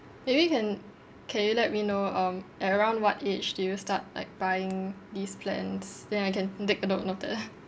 maybe you can can you let me know um around what age did you start like buying these plans then I can take note of that